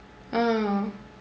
ah